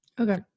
Okay